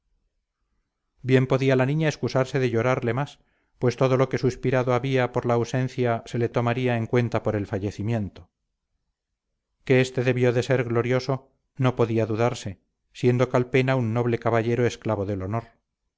bien podía la niña excusarse de llorarle más pues todo lo que suspirado había por la ausencia se le tomaría en cuenta por el fallecimiento que este debió de ser glorioso no podía dudarse siendo calpena un noble caballero esclavo del honor